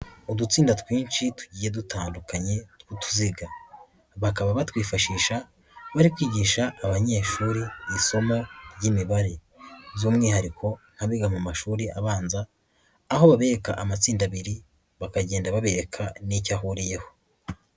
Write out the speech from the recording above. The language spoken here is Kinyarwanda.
Udutsinda twinshi tugiye dutandukanye tw'utuziga, bakaba batwifashisha bari kwigisha abanyeshuri isomo ry'imibare, by'umwihariko nk'abiga mu mashuri abanza, aho babereka amatsinda abiri, bakagenda babereka n'icyo ahuriyeho.